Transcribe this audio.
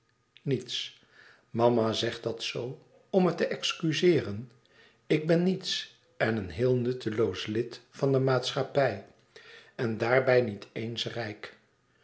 niets mama zegt dat zoo om me te excuzeeren ik ben niets en een heel nutteloos lid van de maatschappij en daarbij niet eens rijk